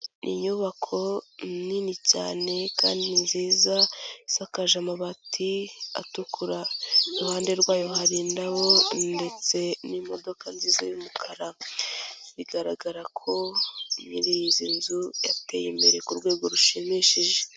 Ni inyubako nini cyane kandi nziza isakaje amabati atukura, iruhande rwayo hari indabo ndetse n'imodoka nziza y'umukara, bigaragara ko nyiri izi nzu yateye imbere ku rwego rushimishije.